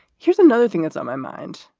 here's another thing that's on my mind,